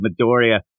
Midoriya